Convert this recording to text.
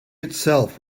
itself